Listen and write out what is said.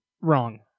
Wrong